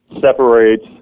separates